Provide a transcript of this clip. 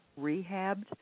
rehabbed